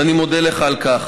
ואני מודה לך על כך,